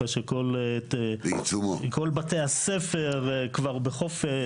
אחרי שכל בתי הספר כבר בחופש.